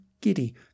giddy